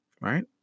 right